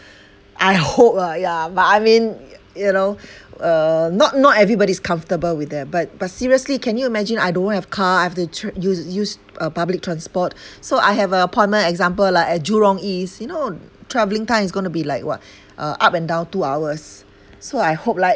I hope ah yeah but I mean you know uh not not everybody is comfortable with that but but seriously can you imagine I don't have car I have to tra~ use use uh public transport so I have a appointment example lah at jurong east you know travelling time is going to be like what uh up and down two hours so I hope like